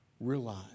realize